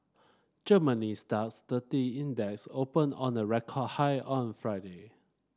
Germany's DAX thirty Index opened on a record high on Friday